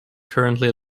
currently